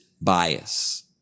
bias